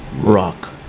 Rock